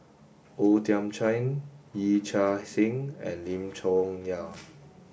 O Thiam Chin Yee Chia Hsing and Lim Chong Yah